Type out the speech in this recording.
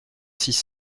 six